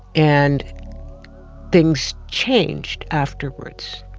and things changed afterwards.